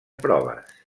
proves